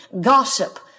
gossip